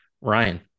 Ryan